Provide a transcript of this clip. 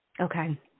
Okay